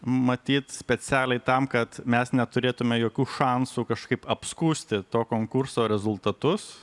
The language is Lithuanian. matyt specialiai tam kad mes neturėtume jokių šansų kažkaip apskųsti to konkurso rezultatus